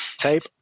Tape